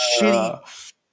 shitty